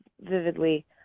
vividly